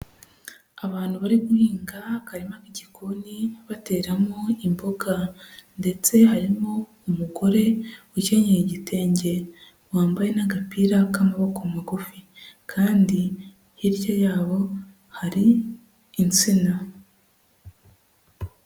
Abantu bari guhinga akarima k'igikoni bateramo imboga, ndetse harimo umugore ukenyeye igitenge wambaye n'agapira k'amaboko magufi, kandi hirya yabo hari insina.